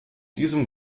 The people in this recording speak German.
diesem